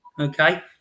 okay